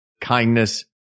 kindness